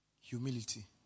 Humility